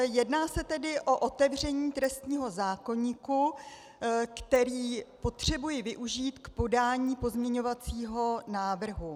Jedná se tedy o otevření trestního zákoníku, který potřebuji využít k podání pozměňovacího návrhu.